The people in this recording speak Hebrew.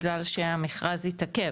בגלל שהמכרז התעכב,